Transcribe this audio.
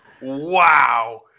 Wow